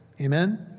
Amen